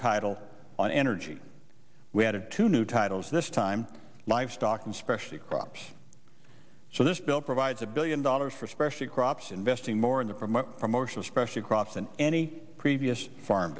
title on energy we added two new titles this time livestock and especially crops so this bill provides a billion dollars for special crops investing more in the promote promotion especially across in any previous farm